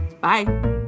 Bye